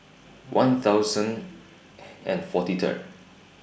one thousand and forty Third